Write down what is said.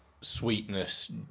sweetness